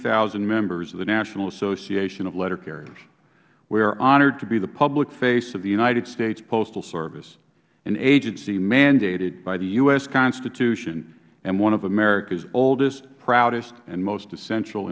thousand members of the national association of letter carriers we are honored to be the public face of the united states postal service an agency mandated by the u s constitution and one of america's oldest proudest and most essential